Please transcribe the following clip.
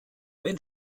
wenn